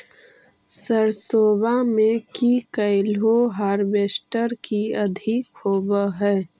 सरसोबा मे की कैलो हारबेसटर की अधिक होब है?